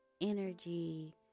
energy